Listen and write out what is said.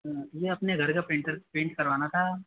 हाँ यह अपने घर का पेंटर पेंट करवाना था